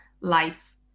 life